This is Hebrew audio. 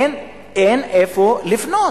אין איפה לבנות.